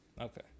Okay